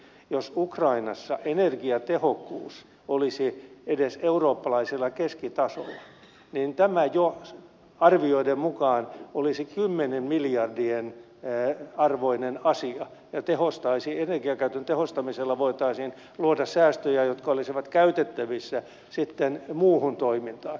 jos ukrainassa energiatehokkuus olisi edes eurooppalaisella keskitasolla niin tämä jo arvioiden mukaan olisi kymmenien miljardien arvoinen asia ja energiankäytön tehostamisella voitaisiin luoda säästöjä jotka olisivat käytettävissä sitten muuhun toimintaan